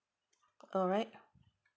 alright